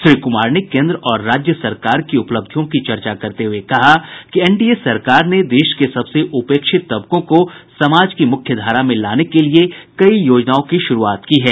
श्री कुमार ने केन्द्र और राज्य सरकार की उपलब्धियों की चर्चा करते हुए कहा कि एनडीए सरकार ने देश के सबसे उपेक्षित तबकों को समाज की मुख्यधारा में लाने के लिए कई योजनाओं की शुरूआत की है